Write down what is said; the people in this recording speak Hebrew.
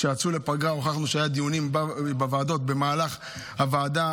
כשיצאו לפגרה הוכחנו שהיו דיונים בוועדות במהלך הפגרה.